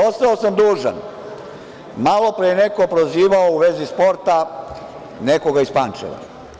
Ostao sam dužan, malo pre je neko prozivao u vezi sporta nekoga iz Pančeva.